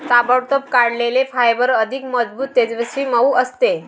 ताबडतोब काढलेले फायबर अधिक मजबूत, तेजस्वी, मऊ असते